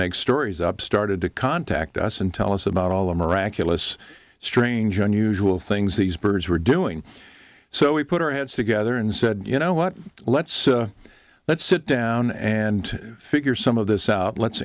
make stories up started to contact us and tell us about all a miraculous strange or unusual things these birds were doing so we put our heads together and said you know what let's let's sit down and figure some of this out let's